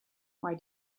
why